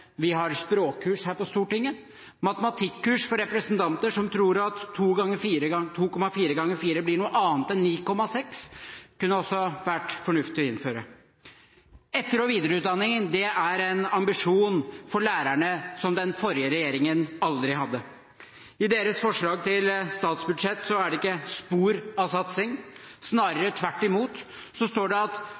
vi har språkkurs her på Stortinget. Matematikkurs for representanter som tror at 2,4 ganger 4 blir noe annet enn 9,6, kunne også vært fornuftig å innføre. Etter- og videreutdanningen er en ambisjon for lærerne som den forrige regjeringen aldri hadde. I deres forslag til statsbudsjett er det ikke spor av satsing. Snarere tvert imot – det står i budsjettforslaget at